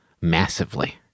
massively